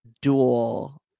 dual